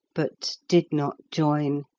but did not join.